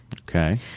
Okay